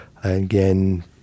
Again